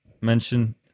mention